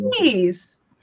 Nice